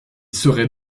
serait